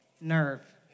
nerve